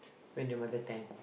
when the mother time